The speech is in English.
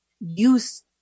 use